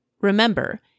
remember